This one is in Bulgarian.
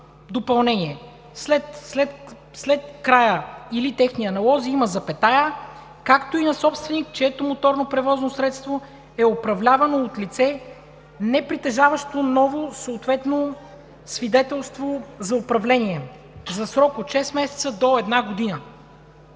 допълнение. След края или „техни аналози“ има запетая, „както и на собственик, чието моторно превозно средство е управлявано от лице, непритежаващо ново съответно свидетелство за управление за срок от шест месеца до една година.“